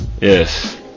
Yes